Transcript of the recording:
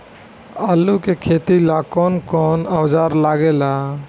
आलू के खेती ला कौन कौन औजार लागे ला?